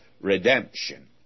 redemption